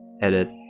edit